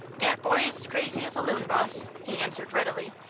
dat boy is crazy as a loon, boss! he answered, readily.